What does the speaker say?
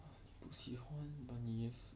不喜欢 but 你也是